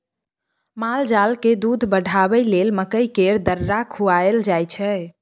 मालजालकेँ दूध बढ़ाबय लेल मकइ केर दर्रा खुआएल जाय छै